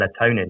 melatonin